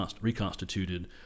reconstituted